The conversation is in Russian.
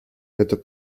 это